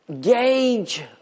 gauge